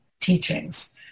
teachings